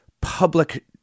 public